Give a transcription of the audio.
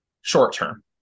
short-term